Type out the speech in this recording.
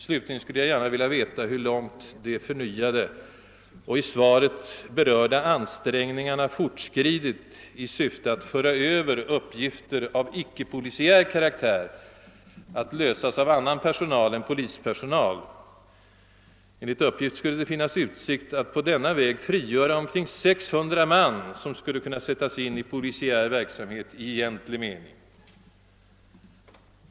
Slutligen skulle jag gärna vilja veta hur långt de förnyade och i svaret berörda ansträngningarna fortskridit i syfte att föra över uppgifter av ickepolisiär karaktär att lösas av annan personal än polispersonal. Enligt uppgift skulle det finnas utsikt att på denna väg frigöra inte mindre än omkring 600 man, som skulle kunna sättas in i polisiär verksamhet i egentlig mening.